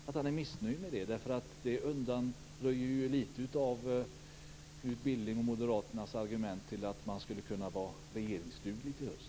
Det undanröjer ju litet av Knut Billings och Moderaternas argument till att man skulle kunna vara regeringsdugliga i höst.